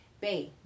babe